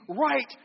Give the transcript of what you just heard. right